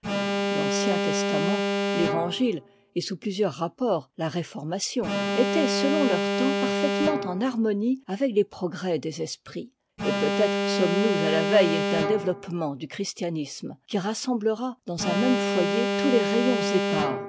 l'ancien testament l'évangile et sous plusieurs rapports la réformation étaient selon leur temps parfaitement en harmonie avec les progrès des esprits et peut-être sommes-nous à la veille d'un développement du christianisme qui rassemblera dans un même foyer tous les rayons épars